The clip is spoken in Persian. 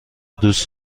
دوست